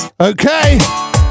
Okay